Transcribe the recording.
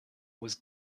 was